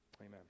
Amen